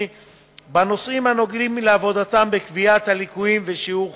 בנושאים הנוגעים לעבודתם בקביעת הליקויים ושיעור חומרתם.